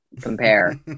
compare